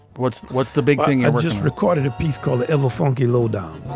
what's what's the big thing? i just recorded a piece called the ever funky low down